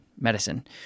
medicine